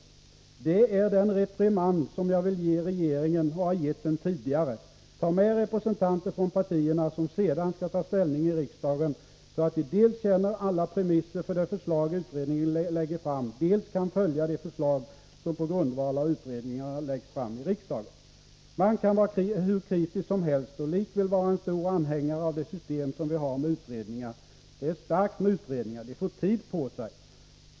Det är den reprimand som jag vill ge regeringen och har givit den tidigare: Tag med representanter från partierna som sedan skall ta ställning i riksdagen, så att de dels känner alla premisser för det förslag utredningen lägger fram, dels kan följa de förslag som på grundval av utredningarna läggs fram i riksdagen. Man kan vara hur kritisk som helst och likväl vara en stor anhängare av det system som vi har med utredningar. Det är starkt med utredningar. De får tid på sig.